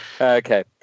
Okay